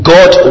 God